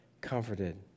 comforted